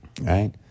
right